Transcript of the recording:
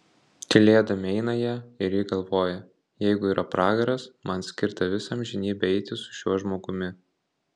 tylėdami eina jie ir ji galvoja jeigu yra pragaras man skirta visą amžinybę eiti su šiuo žmogumi